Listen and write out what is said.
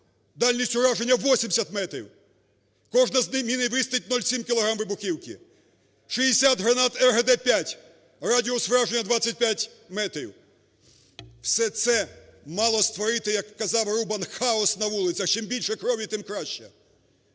дальність ураження - 80 метрів. Кожна з цих мін містить 0,7 кілограм вибухівки. 60 гранат РГД-5, радіус враження - 25 метрів. Все це мало створити, як казав Рубан, хаос на вулицях, чим більше крові – тим краще.